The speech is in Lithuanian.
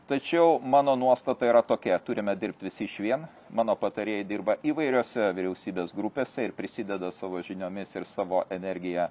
tačiau mano nuostata yra tokia turime dirbt visi išvien mano patarėjai dirba įvairiose vyriausybės grupėse ir prisideda savo žiniomis ir savo energija